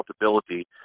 accountability